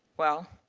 well,